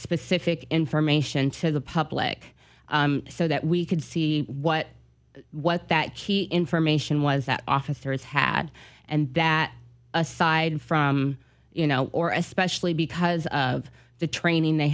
specific information to the public so that we could see what what that key information was that officers had and that aside from you know or especially because of the training they